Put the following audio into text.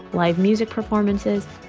live music performances,